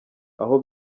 aho